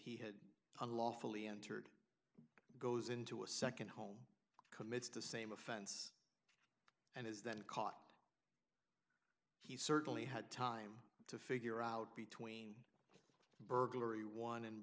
he had unlawfully entered goes into a nd home commits the same offense and is then caught he certainly had time to figure out between burglary one and